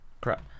Crap